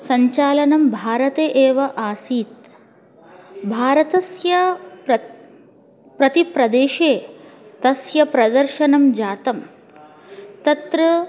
सञ्चालनं भारते एव आसीत् भारतस्य प्रति प्रतिप्रदेशे तस्य प्रदर्शनं जातं तत्र